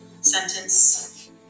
sentence